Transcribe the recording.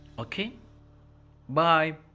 okay bye.